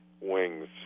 wings